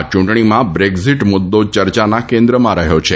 આ ચૂંટણીમાં બ્રેક્ઝીટ મુદ્દો ચર્ચાના કેન્દ્રમાં રહ્યો છે